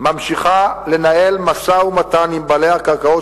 ממשיכה לנהל משא-ומתן עם בעלי הקרקעות